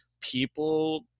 people